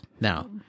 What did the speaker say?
now